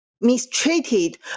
mistreated